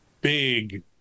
big